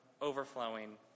overflowing